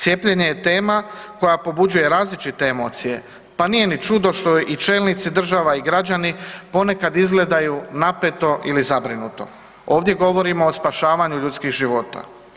Cijepljenje je tema koja pobuđuje različite emocije, pa nije ni čudo što i čelnici države i građani ponekad izgledaju napeto ili zabrinuto, ovdje govorimo o spašavanju ljudskih života.